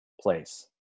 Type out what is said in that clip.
place